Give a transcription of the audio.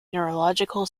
neurological